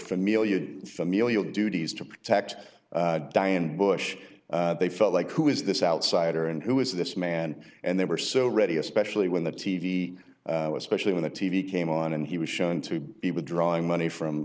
familiar familial duties to protect diane bush they felt like who is this outsider and who is this man and they were so ready especially when the t v especially when the t v came on and he was shown to be withdrawing money from